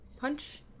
Punch